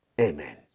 amen